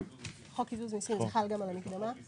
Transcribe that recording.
חוק קיזוז מיסים חל גם על המקדמה?